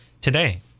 today